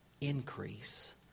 increase